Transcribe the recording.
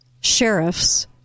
sheriffs